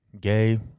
gay